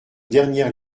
dernière